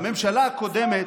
בממשלה הקודמת,